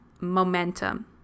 momentum